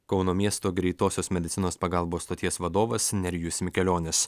kauno miesto greitosios medicinos pagalbos stoties vadovas nerijus mikelionis